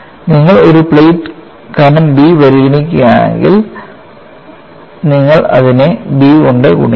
നിങ്ങൾ ഒരു പ്ലേറ്റ് കനം B എന്ന് പരിഗണിക്കുകയാണെങ്കിൽ നിങ്ങൾ അതിനെ B കൊണ്ട് ഗുണിക്കണം